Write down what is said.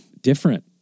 different